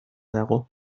dago